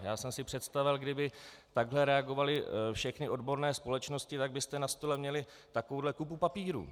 Já jsem si představil, kdyby takhle reagovaly všechny odborné společnosti, tak byste na stole měli takovouhle kupu papírů.